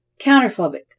counterphobic